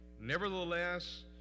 Nevertheless